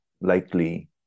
likely